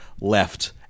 left